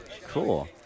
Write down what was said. Cool